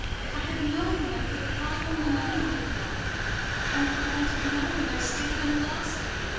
if i had known, i could have brought home the money i had won and for want of knowing, i stayed and lost it.